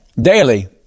daily